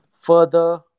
further